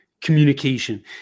communication